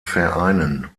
vereinen